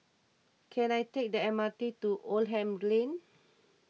can I take the M R T to Oldham Lane